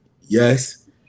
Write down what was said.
Yes